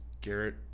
Garrett